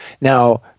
now